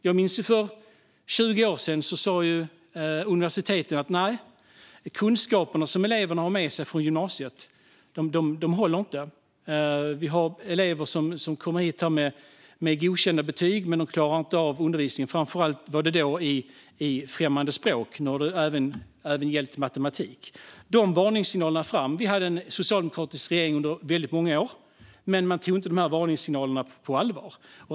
Jag minns att universiteten för 20 år sedan sa att de kunskaper som eleverna hade med sig från gymnasiet inte höll. De hade elever som kom med godkända betyg men inte klarade av undervisningen. Framför allt gällde det då främmande språk - nu har det även gällt matematik. De varningssignalerna fanns. Vi hade under väldigt många år en socialdemokratisk regering som inte tog dem på allvar.